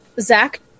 Zach